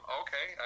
okay